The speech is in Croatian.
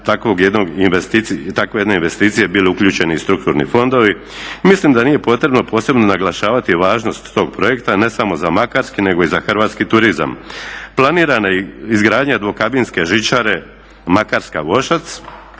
takve jedne investicije bile uključeni i strukturni fondovi. Mislim da nije potrebno posebno naglašavati važnost tog projekta, ne samo za makarski nego i hrvatski turizam. Planirana izgradnja dvokabinske žičare Makarska-Vošac,